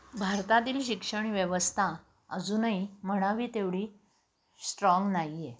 भारतातील शिक्षण व्यवस्था अजूनही म्हणावी तेवढी स्ट्राँग नाही आहे